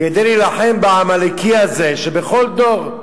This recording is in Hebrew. כדי להילחם בעמלקי הזה שבכל דור,